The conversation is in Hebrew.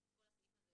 כי כל הסעיף הזה